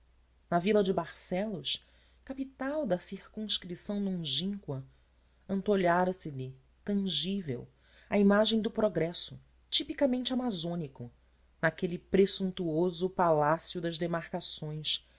na vila de barcelos capital da circunscrição longínqua antolhara se lhe tangível a imagem do progresso tipicamente amazônico naquele presuntuoso palácio das demarcações